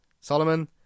Solomon